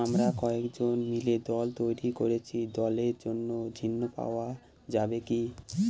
আমরা কয়েকজন মিলে দল তৈরি করেছি দলের জন্য ঋণ পাওয়া যাবে কি?